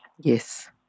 Yes